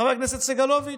חבר כנסת סגלוביץ'?